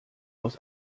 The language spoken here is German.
aus